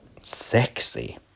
sexy